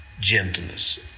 gentleness